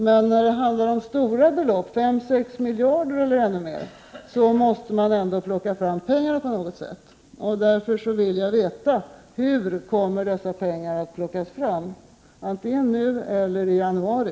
Men när det handlar om stora belopp, fem sex miljarder, eller ännu mer, måste man plocka fram pengar på något sätt. Därför vill jag veta: Hur kommer dessa pengar att plockas fram, antingen nu eller i januari?